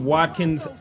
Watkins